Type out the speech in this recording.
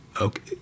Okay